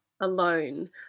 alone